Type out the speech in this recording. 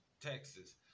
Texas